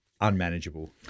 unmanageable